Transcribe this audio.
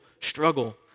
struggle